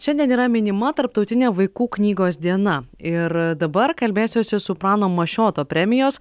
šiandien yra minima tarptautinė vaikų knygos diena ir dabar kalbėsiuosi su prano mašioto premijos